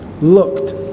looked